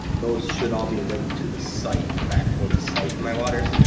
those should all be linked to the site. the back forty site in miwaters.